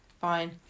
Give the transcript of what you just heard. Fine